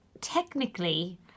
Technically